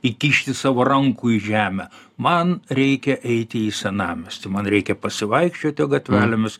įkišti savo rankų į žemę man reikia eiti į senamiestį man reikia pasivaikščioti gatvelėmis